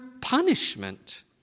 punishment